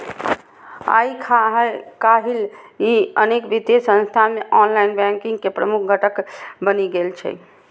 आइकाल्हि ई अनेक वित्तीय संस्थान मे ऑनलाइन बैंकिंग के प्रमुख घटक बनि गेल छै